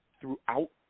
throughout